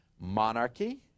monarchy